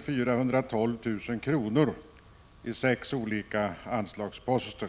412 000 kr. i sex olika anslagsposter.